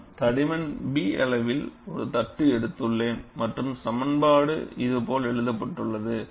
நான் தடிமன் B அளவில் ஒரு தட்டு எடுத்துள்ளேன் மற்றும் சமன்பாடு இது போல் எழுதப்பட்டுள்ளது